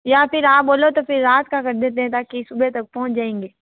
या फिर आप बोलो तो फिर रात का कर देते हैं ताकि सुबह तक पहुँच जाएंगे